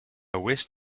wished